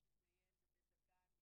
יש גם נציג של משרד האוצר.